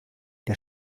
der